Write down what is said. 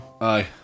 aye